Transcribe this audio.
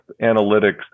analytics